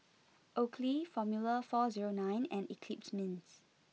Oakley Formula four zero nine and Eclipse Mints